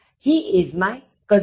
He is my cousin brother